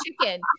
chicken